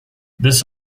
this